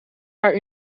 haar